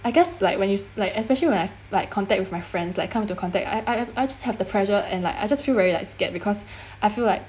I guess like when you es~ like especially when I like contact with my friends like come to contact I I I just have the pressure and like I just feel very like scared because I feel like